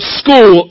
school